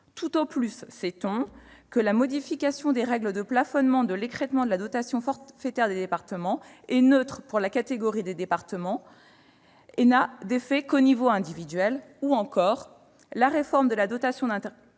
Tout au plus sait-on que « la modification des règles de plafonnement de l'écrêtement de la dotation forfaitaire des départements est neutre pour la catégorie des départements et n'a d'effet qu'au niveau individuel » ou encore que « la réforme de la dotation d'intercommunalité